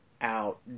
out